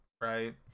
right